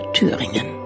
Thüringen